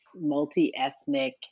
multi-ethnic